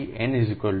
તેથી n 2